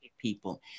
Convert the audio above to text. people